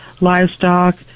livestock